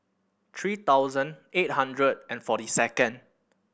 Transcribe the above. three thousand eight hundred and forty second